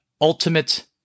ultimate